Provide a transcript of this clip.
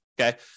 okay